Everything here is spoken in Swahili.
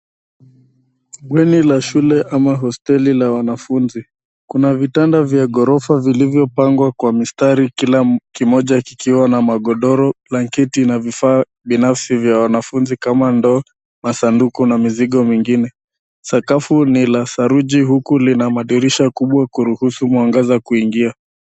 Bweni la shule ama hosteli ya wanafunzi. Kuna vitanda vya ghorofa vilivyopangwa kwa mistari kila kimoja kikiwa na magodoro, blanketi na vifaa binafsi vya wanafunzi kama ndoo, masanduku na mizigo mingine. Sakafu ni la saruji huku lina madirisha kubwa kuruhusu mwangaza kuingia.